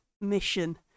mission